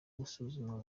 gusuzumwa